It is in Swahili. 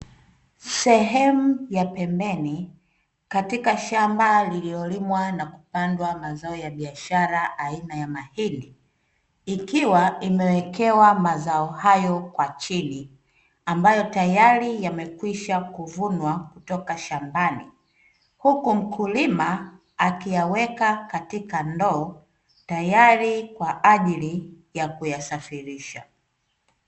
Sehemu ya pembeni katika shamba lililolimwa na kupandwa mazao ya biashara aina ya mahindi, ikiwa imewekewa mazao hayo kwa chini, ambayo tayari yamekwisha kuvunwa kutoka shambani, huku mkulima akiyaweka katika ndoo, tayari kwa ajili ya kuyasafirisha.